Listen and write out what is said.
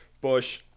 Bush